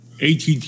ATT